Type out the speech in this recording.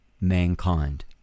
mankind